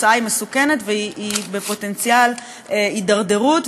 התוצאה היא מסוכנת והיא בפוטנציאל הידרדרות.